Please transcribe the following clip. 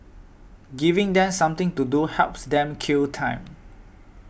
giving them something to do helps them kill time